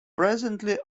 presently